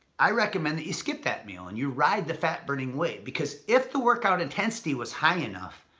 i recommend that you skip that meal, and you ride the fat-burning wave, because if the workout intensity was high enough,